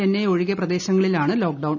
ചെന്നൈ ഒഴികെ പ്രദേശങ്ങളിലാണ് ലോക്ഡൌൺ